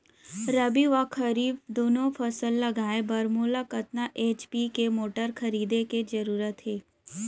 रबि व खरीफ दुनो फसल लगाए बर मोला कतना एच.पी के मोटर खरीदे के जरूरत हे?